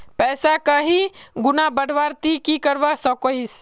पैसा कहीं गुणा बढ़वार ती की करवा सकोहिस?